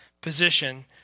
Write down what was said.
position